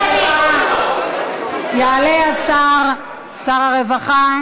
יעלה השר, שר הרווחה